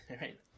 right